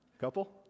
couple